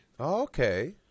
okay